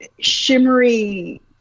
shimmery